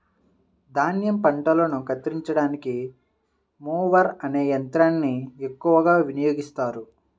ధాన్యం పంటలను కత్తిరించడానికి మొవర్ అనే యంత్రాన్ని ఎక్కువగా వినియోగిస్తారు